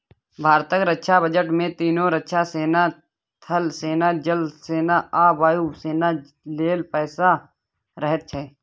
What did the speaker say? भारतक रक्षा बजट मे तीनों रक्षा सेना थल सेना, जल सेना आ वायु सेना लेल पैसा रहैत छै